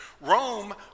Rome